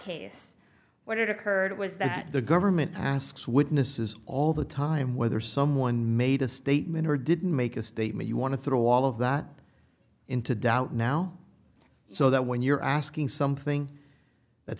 case what had occurred was that the government asks witnesses all the time whether someone made a statement or didn't make a statement you want to throw all of that into doubt now so that when you're asking something that